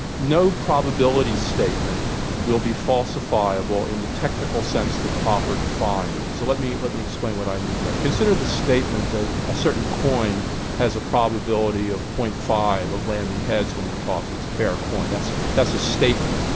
no probability statement will be falsifiable in the technical sense that popper defined. so let me let me explain what i mean. now consider the statement that a certain coin has a probability of. five of landing heads when you toss it it's a fair coin. that's that's a statement.